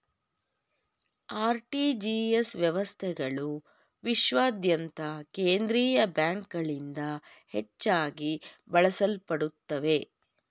RTGS ವ್ಯವಸ್ಥೆಗಳು ವಿಶ್ವಾದ್ಯಂತ ಕೇಂದ್ರೀಯ ಬ್ಯಾಂಕ್ಗಳಿಂದ ಹೆಚ್ಚಾಗಿ ಬಳಸಲ್ಪಡುತ್ತವೆ